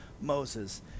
Moses